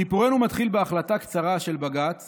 סיפורנו מתחיל בהחלטה קצרה של בג"ץ